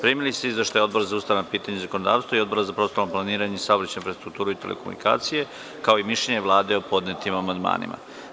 Primili ste izveštaje Odbora za ustavna pitanja i zakonodavstvo i Odbora za prostorno planiranje, saobraćaj, infrastrukturu i telekomunikacije, kao i mišljenje Vlade o podnetim amandmanima.